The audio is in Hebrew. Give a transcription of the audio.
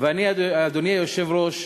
אדוני היושב-ראש,